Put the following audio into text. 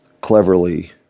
cleverly